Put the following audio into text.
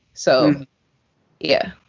so yeah.